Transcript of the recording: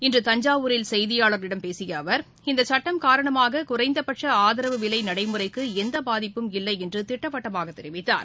இன்று தஞ்சாவூரில் செய்தியாளர்களிடம் பேசிய அவர் இந்த சட்டம் னரணமாக குறைந்தபட்ச ஆதரவு விலை நடைமுறைக்கு எந்த பாதிப்பும் இல்லை என்ற திட்டவட்டமாக தெரிவித்தார்